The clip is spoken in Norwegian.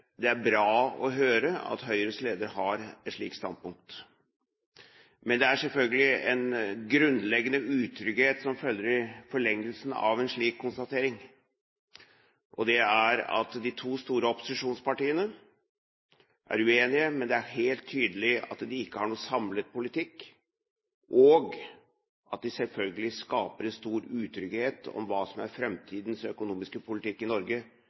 Det er bra å høre at Høyres leder har et slikt standpunkt. Men det følger selvfølgelig en grunnleggende utrygghet i forlengelsen av en slik konstatering. At de to store opposisjonspartiene er uenige, og at det er helt tydelig at de ikke har noen samlet politikk, skaper selvfølgelig en stor utrygghet når det gjelder hva som er framtidens økonomiske politikk i Norge